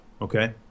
okay